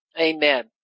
Amen